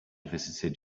visited